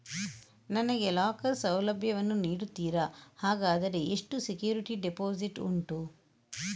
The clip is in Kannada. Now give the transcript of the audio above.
ನನಗೆ ಲಾಕರ್ ಸೌಲಭ್ಯ ವನ್ನು ನೀಡುತ್ತೀರಾ, ಹಾಗಾದರೆ ಎಷ್ಟು ಸೆಕ್ಯೂರಿಟಿ ಡೆಪೋಸಿಟ್ ಉಂಟು?